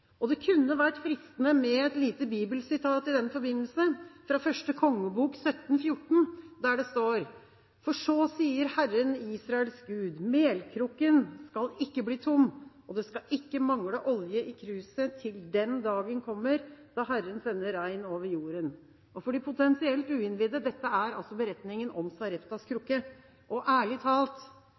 Det er fristende med et lite bibelsitat i den forbindelse, fra Første Kongebok 17,14, der det står: «For så sier Herren, Israels Gud: Melkrukken skal ikke bli tom, og det skal ikke mangle olje i kruset til den dagen kommer da Herren sender regn over jorden.» For de potensielt uinnvidde: Dette er altså beretningen om Sareptas krukke. Og ærlig talt: